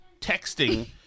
texting